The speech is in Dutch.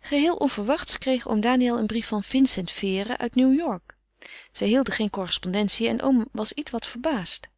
geheel onverwachts kreeg oom daniël een brief van vincent vere uit new-york zij hielden geen correspondentie en oom was ietwat verbaasd